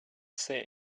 say